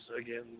again